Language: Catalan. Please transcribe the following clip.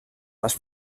les